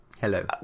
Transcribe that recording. Hello